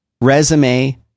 Resume